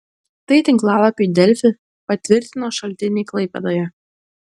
tai tinklalapiui delfi patvirtino šaltiniai klaipėdoje